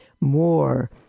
more